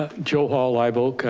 ah joe hall libel.